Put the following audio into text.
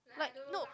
like no